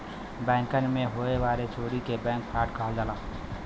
बैंकन मे होए वाले चोरी के बैंक फ्राड कहल जाला